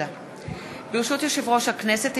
ברשות יושב-ראש הכנסת,